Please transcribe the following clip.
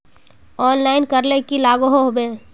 Online करले की लागोहो होबे?